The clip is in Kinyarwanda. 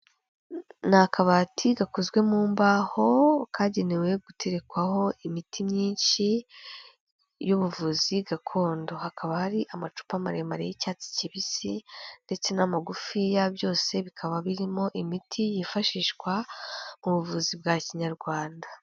Ni akabati gakozwe mu mbaho, kagenewe guterekwaho imiti myinshi y'ubuvuzi gakondo. Hakaba hari amacupa maremare y'icyatsi kibisi ndetse n'amagufiya, byose bikaba birimo imiti yifashishwa mu buvuzi bwa kinyarwanda.